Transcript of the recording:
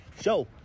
show